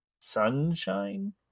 Sunshine